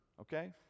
okay